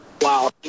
Wow